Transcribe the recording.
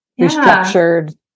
restructured